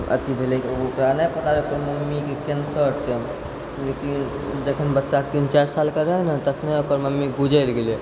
अथी भेलै ओकरा नै पता रहै मम्मीके कैंसर छै लेकिन जखन बच्चा तीन चारि सालके रहै ने तखने ओकर मम्मी गुजरि गेलै